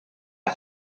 are